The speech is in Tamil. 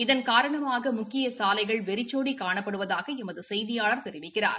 இதன் காரணமாக முக்கிய சாலைகள் வெறிச்சோடி காணப்படுவதாக எமது செய்தியாளர் தெரிவிக்கிறார்